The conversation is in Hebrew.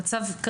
המצב,